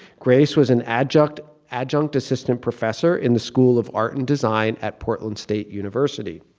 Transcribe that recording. grace was an aadjunct aadjunct assistant professor in the school of art and design at portland state university,